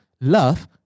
love